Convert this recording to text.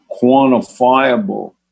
quantifiable